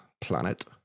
planet